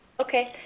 Okay